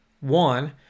One